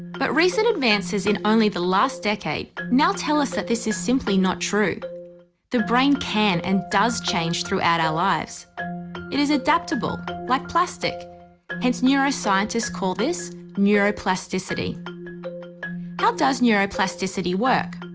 but recent advances in only the last decade now tell us that this is simply not true the brain can, and does change throughout our lives it is adaptable, like plastic hence neuroscientists call this neuroplasticity how does neuroplasticity work?